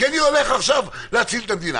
אנחנו הולכים עכשיו להציל את המדינה.